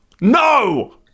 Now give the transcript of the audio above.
no